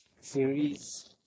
series